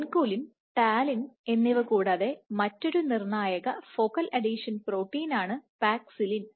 vinculin talin എന്നിവ കൂടാതെ മറ്റൊരു നിർണായക ഫോക്കൽ അഡീഷൻ പ്രോട്ടീൻ ആണ് പാക്സിലിൻ